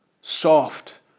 soft